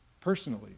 personally